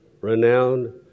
renowned